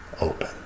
open